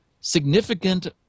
significant